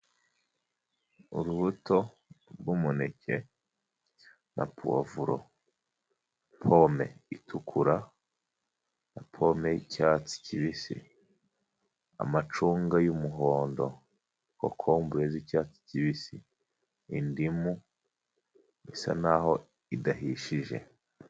Urubuto rw'umuneke na pavuro, pome itukura na pome y'icyatsi kibisi, amacunga y'umuhondo, kokombure z'icyatsi kibisi, indimu isa na ho idahishije.